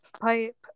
pipe